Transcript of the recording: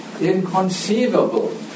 inconceivable